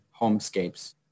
homescapes